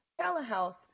telehealth